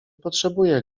potrzebuję